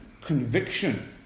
conviction